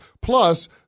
Plus